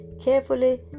carefully